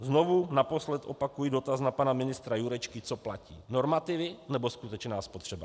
Znovu a naposled opakuji dotaz na pana ministra Jurečku, co platí normativy, nebo skutečná spotřeba?